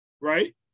Right